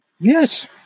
Yes